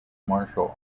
martial